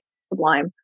sublime